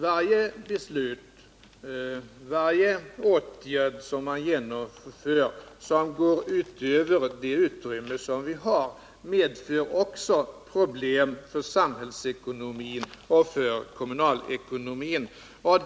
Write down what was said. Varje beslut, varje åtgärd som man vidtar och som går ut över det utrymme som vi har medför också problem för kommunalekonomin och samhällsekonomin i övrigt.